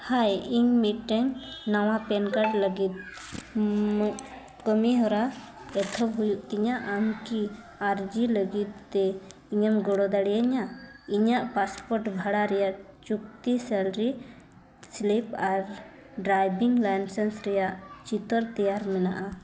ᱦᱟᱭ ᱤᱧ ᱢᱤᱫᱴᱮᱱ ᱱᱟᱣᱟ ᱯᱮᱱ ᱠᱟᱨᱰ ᱞᱟᱹᱜᱤᱫ ᱠᱟᱹᱢᱤᱦᱚᱨᱟ ᱦᱩᱭᱩᱜ ᱛᱤᱧᱟ ᱟᱢ ᱠᱤ ᱟᱨᱡᱤ ᱞᱟᱹᱜᱤᱫ ᱛᱮ ᱤᱧᱮᱢ ᱜᱚᱲᱚ ᱫᱟᱲᱮᱭᱤᱧᱟ ᱤᱧᱟᱹᱜ ᱯᱟᱥᱯᱳᱨᱴ ᱵᱷᱟᱲᱟ ᱨᱮᱭᱟᱜ ᱪᱩᱠᱛᱤ ᱥᱮᱞᱟᱨᱤ ᱥᱤᱞᱤᱯ ᱟᱨ ᱰᱨᱟᱭᱵᱷᱤᱝ ᱞᱟᱭᱥᱮᱱᱥ ᱨᱮᱭᱟᱜ ᱪᱤᱛᱟᱹᱨ ᱛᱮᱭᱟᱨ ᱢᱮᱱᱟᱜᱼᱟ